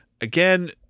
Again